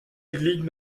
ligue